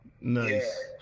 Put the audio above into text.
Nice